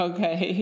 Okay